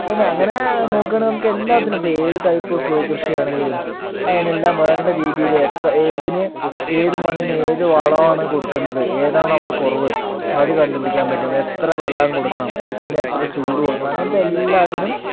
പിന്നേ അങ്ങനേ നോക്കുകയാണെങ്കിൽ നമുക്ക് എല്ലാത്തിനും ഇപ്പം ഏത് ടൈപ്പ് കൃഷി ആണെങ്കിലും അതിനെല്ലാം വേണ്ടരീതിയില് എത്ര ഏതിന് ഏതു മണ്ണിന് ഏതു വളമാണ് കൊടുക്കേണ്ടത് ഏതാണ് അവിടെ കുറവ് അത് കണ്ടുപിടിക്കാൻ പറ്റും എത്ര വെള്ളം കൊടുക്കണം ഇതിന് എത്ര ചൂട് കൊടുക്കണം അങ്ങനത്തേ എല്ലാത്തിനും